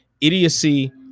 idiocy